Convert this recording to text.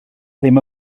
ddim